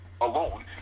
alone